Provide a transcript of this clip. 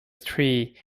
tree